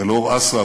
אל אור אסרף,